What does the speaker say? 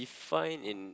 define in